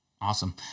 Awesome